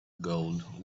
gold